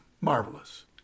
marvelous